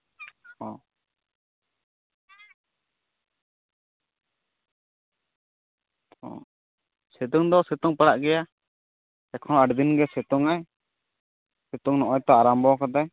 ᱚ ᱚ ᱥᱤᱛᱩᱝ ᱫᱚ ᱥᱤᱛᱩᱝ ᱯᱟᱲᱟᱜ ᱜᱮᱭᱟ ᱮᱠᱷᱚᱱ ᱟᱹᱰᱤ ᱫᱤᱱ ᱜᱮ ᱥᱤᱛᱩᱝ ᱟᱭ ᱥᱤᱛᱩᱝ ᱱᱚᱜᱼᱚᱭ ᱛᱚ ᱟᱨᱟᱢᱵᱚᱣᱟᱠᱟᱫᱟᱭ